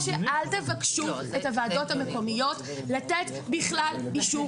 או שאל תבקשו את הוועדות המקומיות לתת בכלל אישור.